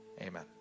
Amen